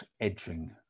edging